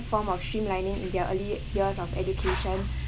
form of streamlining in their early ye~ years of education